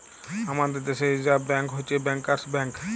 আমাদের দ্যাশে reserve bank হছে ব্যাংকার্স ব্যাংক